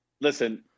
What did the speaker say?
Listen